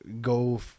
go